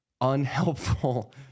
unhelpful